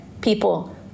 people